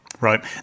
Right